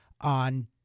on